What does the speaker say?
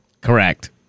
Correct